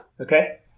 Okay